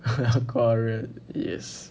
ya correct yes